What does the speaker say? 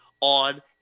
on